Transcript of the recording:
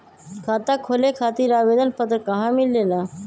खाता खोले खातीर आवेदन पत्र कहा मिलेला?